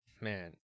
Man